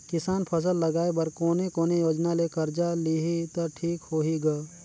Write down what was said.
किसान फसल लगाय बर कोने कोने योजना ले कर्जा लिही त ठीक होही ग?